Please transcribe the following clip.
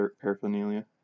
paraphernalia